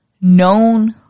known